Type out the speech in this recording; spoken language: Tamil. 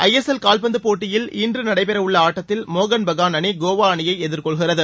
ஐஎஸ்எல் கால்பந்து போட்டியில் இன்று நடைபெறவுள்ள ஆட்டத்தில் மோகன் பகான் அணி கோவா அணியை எதிர்கொள்கிறது